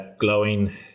glowing